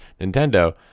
nintendo